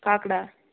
ಕಾಕಡಾ